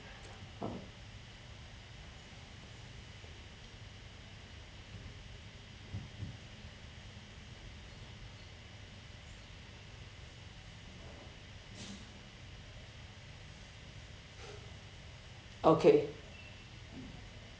ah okay